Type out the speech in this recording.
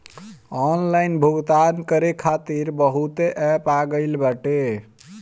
online भुगतान करे खातिर बहुते एप्प आ गईल बाटे